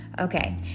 Okay